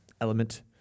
element